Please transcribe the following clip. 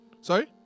Sorry